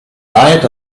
diet